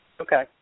Okay